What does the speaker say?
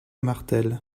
martel